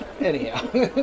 Anyhow